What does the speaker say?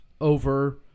over